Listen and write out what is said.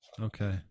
Okay